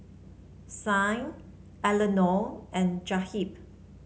Signe Eleanore and Jahir